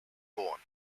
born